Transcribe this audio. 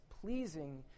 pleasing